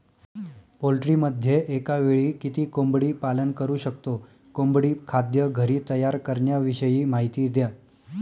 पोल्ट्रीमध्ये एकावेळी किती कोंबडी पालन करु शकतो? कोंबडी खाद्य घरी तयार करण्याविषयी माहिती द्या